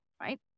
right